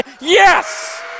yes